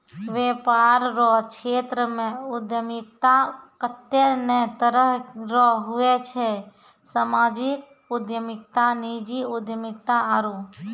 वेपार रो क्षेत्रमे उद्यमिता कत्ते ने तरह रो हुवै छै सामाजिक उद्यमिता नीजी उद्यमिता आरु